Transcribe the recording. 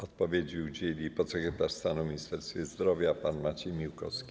Odpowiedzi udzieli podsekretarz stanu w Ministerstwie Zdrowia pan Maciej Miłkowski.